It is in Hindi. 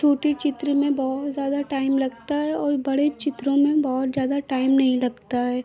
छोटे चित्र में में बहुत ज़्यादा टाइम लगता है और बड़े चित्रों में बहुत ज़्यादा टाइम नहीं लगता है